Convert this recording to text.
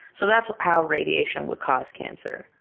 so that's how radiation would cause cancer,